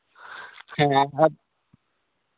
ᱦᱮᱸ